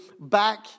back